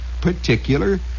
particular